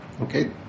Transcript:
Okay